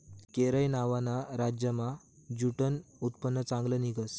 केरय नावना राज्यमा ज्यूटनं उत्पन्न चांगलं निंघस